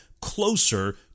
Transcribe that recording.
closer